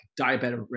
diabetic